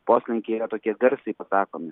poslinkiai yra tokie garsiai pasakomi